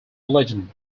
legend